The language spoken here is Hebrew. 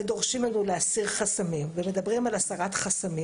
ודורשים ממנו להסיר חסמים, ומדברים על הסרת חסמים.